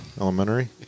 Elementary